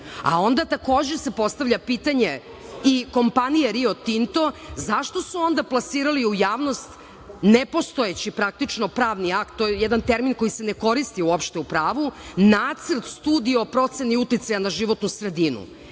studiju. Takođe se postavlja pitanje i kompanije Rio Tinto. Zašto su onda plasirali u javnost nepostojeći pravni akt, to je jedan termin koji se ne koristi uopšte u pravu, nacrt studije o proceni uticaja na životnu sredinu?